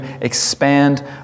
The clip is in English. expand